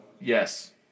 Yes